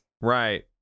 Right